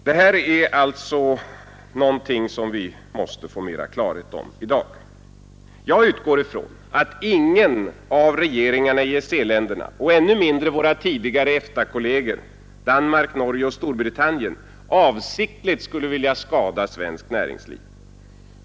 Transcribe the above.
Detta är alltså någonting som vi i dag måste få större klarhet om. Jag utgår ifrån att ingen av regeringarna i EEC-länderna — ännu mindre våra tidigare EFTA-kolleger Danmark, Norge och Storbritannien — avsiktligt skulle vilja skada svenskt näringsliv.